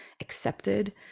accepted